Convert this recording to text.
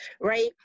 Right